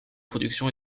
production